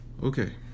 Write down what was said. okay